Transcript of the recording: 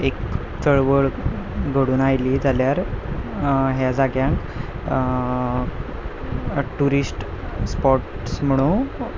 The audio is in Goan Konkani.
एक चळवळ घडून आयली जाल्यार ह्या जाग्यांक टुरीश्ट स्पोट्स म्हणून